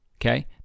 Okay